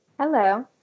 Hello